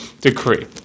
decree